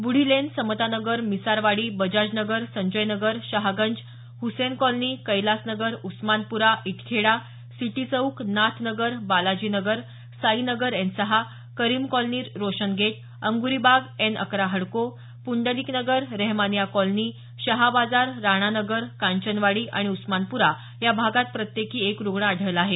Budhi lane Samata Nagar Misarwadi Bajaj Nagar Sanjay Nagar Shahganj Hussain colony Kailas Nagar Osmanpura Itkheda city Chowk Nath Nagar Balaji Nagar Sai Nagar N सहा Karim colony Roshan gate Anguri Bagh N अकरा हडको पुंडलिक नगर रहेमानिया कॉलनी शहा बाजार राणा नगर कांचनवाडी आणि उस्मानप्रा या भागात प्रत्येकी एक रुग्ण आढळला आहे